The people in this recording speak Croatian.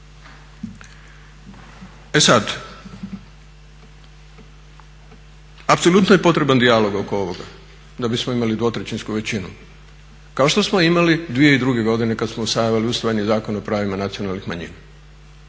E sad, apsolutno je potreban dijalog oko ovoga da bismo imali dvotrećinsku većinu kao što smo imali 2002. godine kad smo usvajali Zakon o pravima nacionalnih manjina.